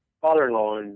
father-in-law